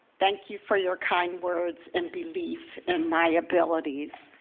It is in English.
thank you for your kind words and belief in my abilities.